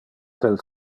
del